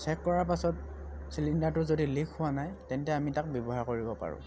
check কৰাৰ পাছত চিলিণ্ডাৰটো যদি লিক হোৱা নাই তেন্তে আমি তাক ব্যৱহাৰ কৰিব পাৰোঁ